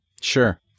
Sure